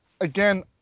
again